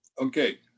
Okay